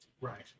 Right